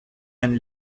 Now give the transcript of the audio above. and